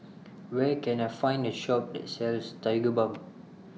Where Can I Find A Shop that sells Tigerbalm